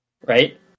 Right